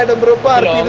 a little bottle